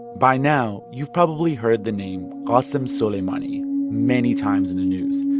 by now, you've probably heard the name ah qassem soleimani many times in the news.